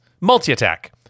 Multi-attack